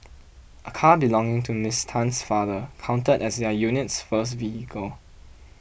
a car belonging to Ms Tan's father counted as their unit's first vehicle